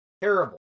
Terrible